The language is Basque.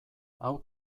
hau